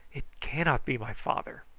it cannot be my father.